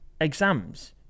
exams